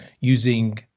using